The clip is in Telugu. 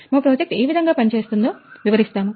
మా ప్రాజెక్టు ఏవిధంగా పనిచేస్తుందో వివరిస్తాము